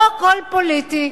לא הכול פוליטי,